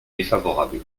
défavorable